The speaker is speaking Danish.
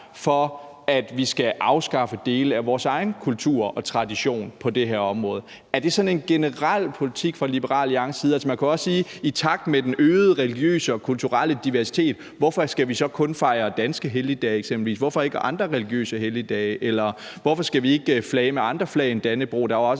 for, at vi skal afskaffe dele af vores egen kultur og tradition på det her område. Er det sådan en generel politik fra Liberal Alliances side? Altså, man kunne også i takt med den øgede religiøse og kulturelle diversitet eksempelvis spørge: Hvorfor skal vi så kun fejre danske helligdage? Hvorfor ikke andre religiøse helligdage? Eller hvorfor skal vi ikke flage med andre flag end Dannebrog? Der er jo også